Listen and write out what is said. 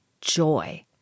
joy